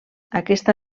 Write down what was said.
aquesta